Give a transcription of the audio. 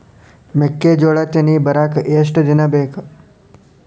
ಮೆಕ್ಕೆಜೋಳಾ ತೆನಿ ಬರಾಕ್ ಎಷ್ಟ ದಿನ ಬೇಕ್?